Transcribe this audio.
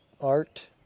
art